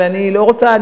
אבל אני לא רוצה,